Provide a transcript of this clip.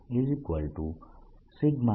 n12 D1